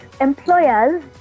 Employers